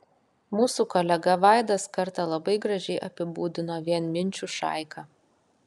mūsų kolega vaidas kartą labai gražiai apibūdino vienminčių šaika